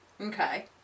Okay